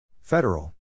Federal